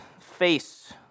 face